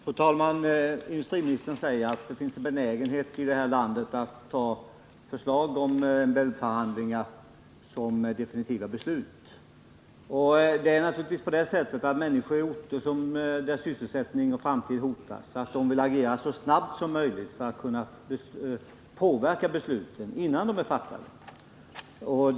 Fru talman! Industriministern säger att det finns en benägenhet i detta land att ta förslag om MBL-förhandlingar som definitiva beslut. Det är naturligtvis på det sättet att människor i orter, där sysselsättning och framtid hotas, vill agera så snabbt som möjligt för att kunna påverka besluten innan de är fattade.